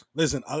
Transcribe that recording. listen